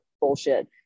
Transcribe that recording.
bullshit